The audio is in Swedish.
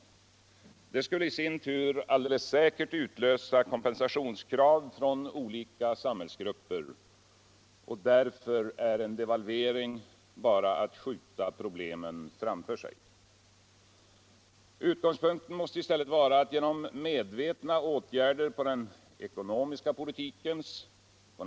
Det skulle i sin tur alldeles säkert utlösa kompensationskrav från olika samhällsgrupper. Därför är on devalvering bara att skjuta problemen framför sig. Utgångspunkten mäåste i stället vara att genom medvetna åtgärder på den eckonomiska politikens.